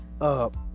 up